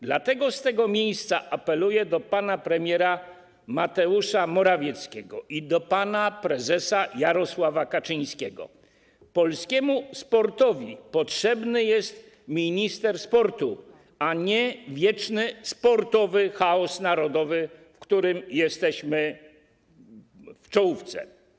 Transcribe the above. Dlatego z tego miejsca apeluję do pana premiera Mateusza Morawieckiego i do pana prezesa Jarosława Kaczyńskiego: Polskiemu sportowi potrzebny jest minister sportu, a nie wieczny sportowy chaos narodowy, w którym jesteśmy w czołówce.